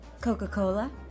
Coca-Cola